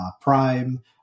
Prime